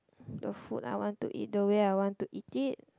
the food I want to eat the way I want to eat it